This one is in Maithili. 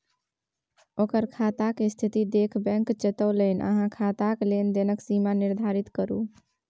ओकर खाताक स्थिती देखि बैंक चेतोलनि अहाँ खाताक लेन देनक सीमा निर्धारित करू